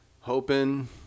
hoping